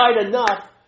enough